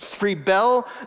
rebel